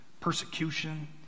Persecution